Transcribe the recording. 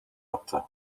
attı